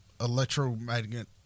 electromagnetic